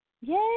Yay